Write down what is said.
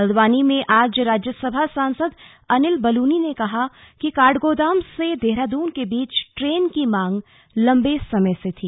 हल्द्वानी में आज राज्यसभा सांसद अनिल बलूनी ने कहा कि काठगोदाम से देहरादून के बीच ट्रेन की मांग लंबे समय से थी